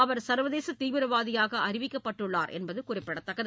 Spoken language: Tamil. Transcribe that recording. அவர் சர்வதேச தீவிரவாதியாக அறிவிக்கப்பட்டுள்ளார் என்பது குறிப்பிடத்தக்கது